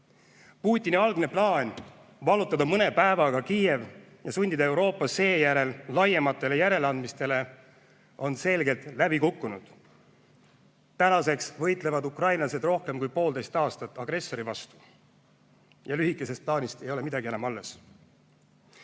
Putini algne plaan vallutada mõne päevaga Kiiev ja sundida Euroopa seejärel laiematele järeleandmisele on selgelt läbi kukkunud. Tänaseks on ukrainlased rohkem kui poolteist aastat agressori vastu võidelnud. Lühikesest plaanist ei ole midagi enam alles. Sõja